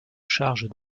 charge